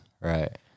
Right